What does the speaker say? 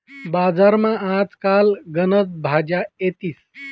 बजारमा आज काल गनच भाज्या येतीस